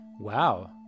Wow